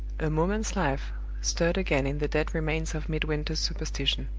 a moment's life stirred again in the dead remains of midwinter's superstition.